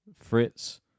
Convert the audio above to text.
Fritz